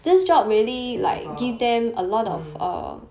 it's about hmm